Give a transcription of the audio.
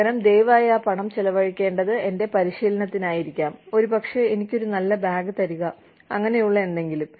പകരം ദയവായി ആ പണം ചെലവഴിക്കേണ്ടത് എന്റെ പരിശീലനത്തിനായിരിക്കാം ഒരുപക്ഷേ എനിക്ക് ഒരു നല്ല ബാഗ് തരിക അങ്ങനെയുള്ള എന്തെങ്കിലും